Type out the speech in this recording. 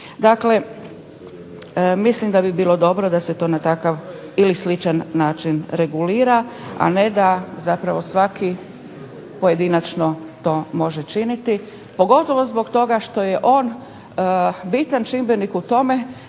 Dakle, mislim da bi bilo dobro da se to na takav ili sličan način regulira, a ne da zapravo svaki pojedinačno to može činiti pogotovo zbog toga što je on bitan čimbenik u tome